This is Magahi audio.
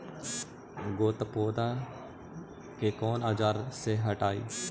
गत्पोदा के कौन औजार से हटायी?